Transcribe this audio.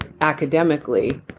academically